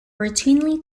routinely